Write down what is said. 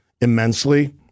immensely